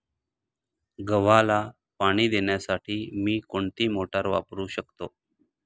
गव्हाला पाणी देण्यासाठी मी कोणती मोटार वापरू शकतो?